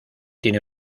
tiene